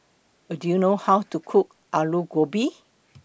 Do YOU know How to Cook Alu Gobi